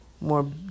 more